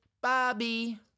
Bobby